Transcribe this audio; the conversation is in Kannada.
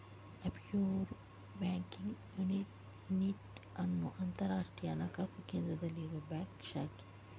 ಆಫ್ಶೋರ್ ಬ್ಯಾಂಕಿಂಗ್ ಯೂನಿಟ್ ಅನ್ನುದು ಅಂತರಾಷ್ಟ್ರೀಯ ಹಣಕಾಸು ಕೇಂದ್ರದಲ್ಲಿರುವ ಬ್ಯಾಂಕ್ ಶಾಖೆ